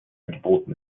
geboten